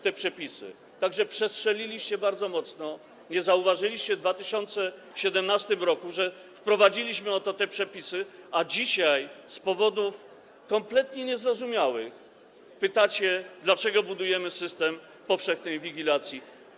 Tak że przestrzeliliście bardzo mocno, nie zauważyliście w 2017 r., że wprowadziliśmy oto te przepisy, a dzisiaj z powodów kompletnie niezrozumiałych pytacie, dlaczego budujemy system powszechnej inwigilacji.